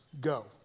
go